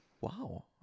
Wow